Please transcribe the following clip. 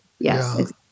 Yes